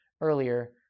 earlier